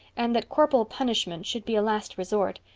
and that corporal punishment should be a last resort.